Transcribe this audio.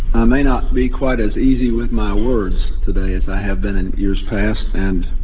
i may not be quite as easy with my words today as i have been in years past and